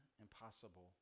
impossible